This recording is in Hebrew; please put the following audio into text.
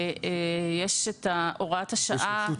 יש את הוראת השעה